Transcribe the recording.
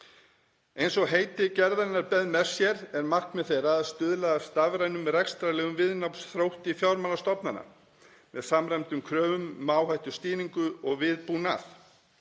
Eins og heiti gerðanna bera með sér er markmið þeirra að stuðla að stafrænum rekstrarlegum viðnámsþrótti fjármálastofnana með samræmdum kröfum um áhættustýringu og viðbúnað,